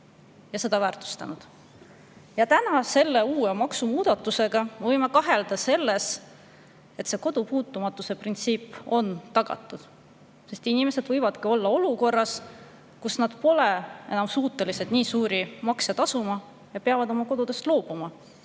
seda väärtustanud. Selle uue maksumuudatuse korral võime kahelda selles, et kodu puutumatuse printsiip on tagatud. Inimesed võivad olla olukorras, kus nad pole suutelised suuri makse tasuma ja peavad oma kodust loobuma.